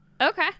okay